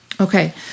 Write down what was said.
Okay